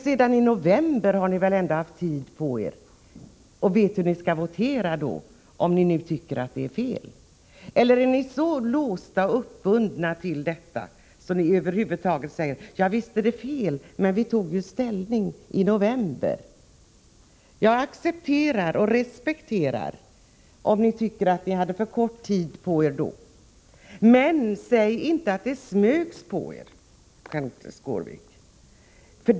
Sedan november månad har ni väl ändå haft tid på er att bestämma er för hur ni skall votera, om ni nu tycker att det blivit fel. Eller är ni så låsta att ni säger: Visst är det fel, men vi tog ju ställning i november. Jag accepterar, och respekterar, om ni tycker att ni hade för kort tid på er den gången, men säg inte att det smögs på er, Kenth Skårvik.